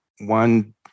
one